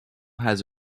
has